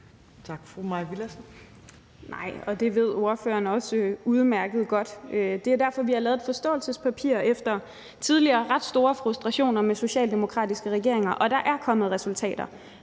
Nej, og det ved hr. Sikandar Siddique også udmærket godt. Det er derfor, vi har lavet et forståelsespapir efter tidligere ret store frustrationer med socialdemokratiske regeringer, og der er kommet resultater: